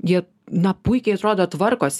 jie na puikiai atrodo tvarkos